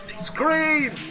Scream